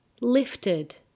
Lifted